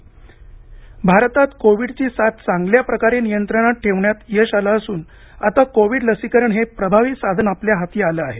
लसीकरण बंग भारतात कोविडची साथ चांगल्याप्रकारे नियंत्रणात ठेवण्यात यश आले असून आता कोविड लसीकरण हे प्रभावी साधन आपल्या हाती आले आहे